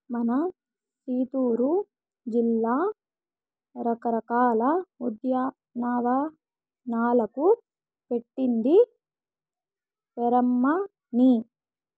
మన సిత్తూరు జిల్లా రకరకాల ఉద్యానవనాలకు పెట్టింది పేరమ్మన్నీ